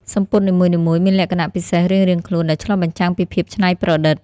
សំពត់នីមួយៗមានលក្ខណៈពិសេសរៀងៗខ្លួនដែលឆ្លុះបញ្ចាំងពីភាពច្នៃប្រឌិត។